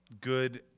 good